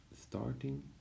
starting